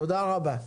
תודה רבה.